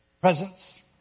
presence